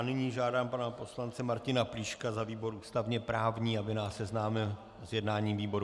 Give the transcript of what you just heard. Nyní žádám pana poslance Martina Plíška za výbor ústavněprávní, aby nás seznámil s jednáním výboru.